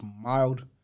mild